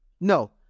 No